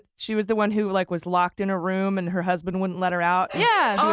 she was the one who like was locked in a room and her husband wouldn't let her out. yeah oh